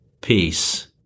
peace